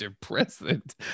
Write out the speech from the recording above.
President